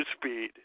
Speed